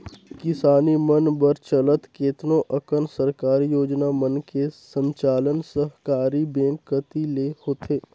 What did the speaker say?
किसानी मन बर चलत केतनो अकन सरकारी योजना मन के संचालन सहकारी बेंक कति ले होथे